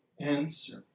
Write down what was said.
answer